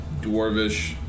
dwarvish